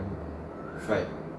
fried